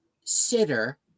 sitter